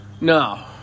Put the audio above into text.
No